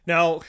Now